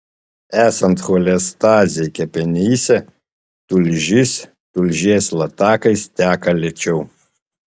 esant cholestazei kepenyse tulžis tulžies latakais teka lėčiau